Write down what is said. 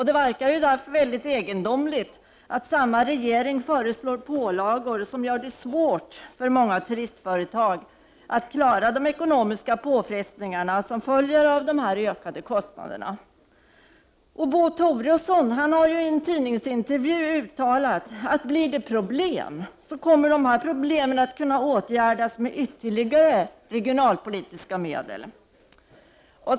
Det verkar därför egendomligt att samma regering föreslår pålagor som gör det svårt för många turistföretag att klara de ekonomiska påfrestningar som följer av dessa ökade kostnader. Bo Toresson har i en tidningsintervju uttalat, att om det blir problem kommer dessa att åtgärdas med ytterligare regionalpolitiska medel.